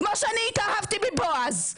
כמו שאני התאהבתי בבועז,